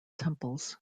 temples